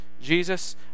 Jesus